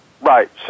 Right